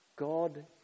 God